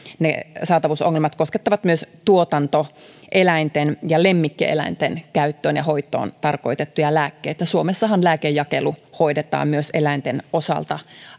saatavuusongelmat koskettavat myös tuotantoeläinten ja lemmikkieläinten käyttöön ja hoitoon tarkoitettuja lääkkeitä suomessahan lääkejakelu hoidetaan myös eläinten osalta